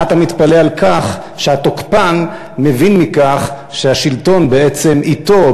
מה אתה מתפלא על כך שהתוקפן מבין מכך שהשלטון בעצם אתו,